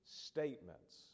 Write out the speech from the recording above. statements